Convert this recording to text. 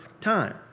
time